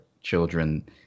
children